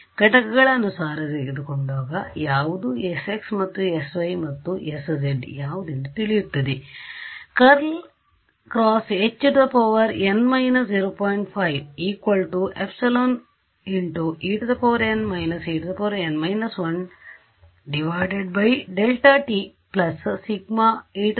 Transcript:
ಘಟಕಗಳನುಸಾರ ತೆಗೆದುಕೊಂಡಾಗ ಯಾವುದು sx ಯಾವುದು sy ಮತ್ತ್ತು sz ಯಾವುದೆಂದು ತಿಳಿಯುತ್ತದೆ